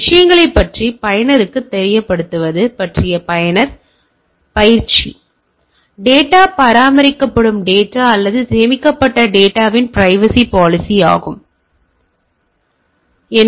எனவே விஷயங்களைப் பற்றி பயனருக்குத் தெரியப்படுத்துவது பற்றிய பயனர் பயிற்சி டேட்டா பராமரிக்கப்படும் டேட்டா அல்லது சேமிக்கப்பட்ட டேட்டாவின் பிரைவசி பாலிசி மடிக்கணினிகளை திட்டமிடுவது விஷயங்கள் இருக்கும்